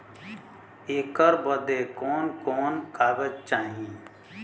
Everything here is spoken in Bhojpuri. ऐकर बदे कवन कवन कागज चाही?